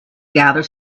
gather